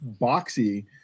boxy